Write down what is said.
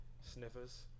Sniffers